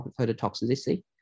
phototoxicity